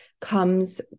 comes